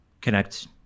connect